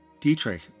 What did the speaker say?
Dietrich